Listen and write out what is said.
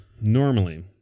normally